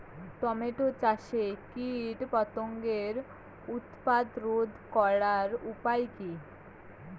Tomato চাষে কীটপতঙ্গের উৎপাত রোধ করার উপায় কী?